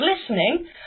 listening